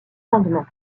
rendement